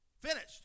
Finished